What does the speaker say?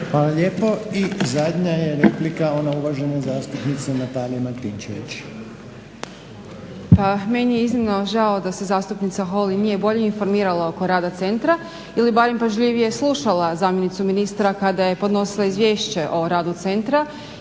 Hvala lijepo. I zadnja je replika ona uvažene zastupnice Natalije Martinečvić. **Martinčević, Natalija (HNS)** Pa meni je iznimno žao da se zastupnica Holy nije bolje informirala oko rada centra ili barem pažljivije slušala zamjenicu ministra kada je podnosila izvješće o radu centra